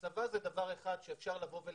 את זמן ההסבה אפשר לקצר.